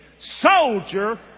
Soldier